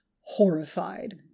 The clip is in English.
horrified